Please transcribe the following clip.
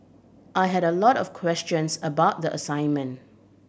I had a lot of questions about the assignment